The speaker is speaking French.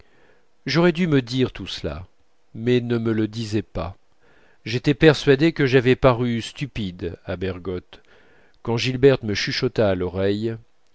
j'aurais dû me dire tout cela mais ne me le disais pas j'étais persuadé que j'avais paru stupide à bergotte quand gilberte me chuchota à l'oreille